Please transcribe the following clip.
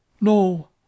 No